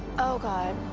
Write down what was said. oh, god.